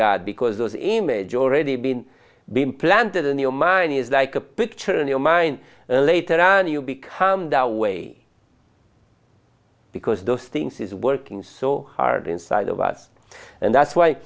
god because a image already been been planted in your mind is like a picture in your mind and later on you become that way because those things is working so hard inside of us and that's why